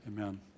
Amen